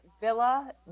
Villa